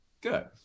Good